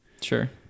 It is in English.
sure